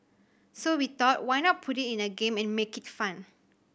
so we thought why not put it in a game and make it fun